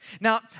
Now